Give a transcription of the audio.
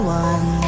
one